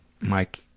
Mike